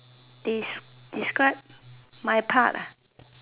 des~ describe my part ah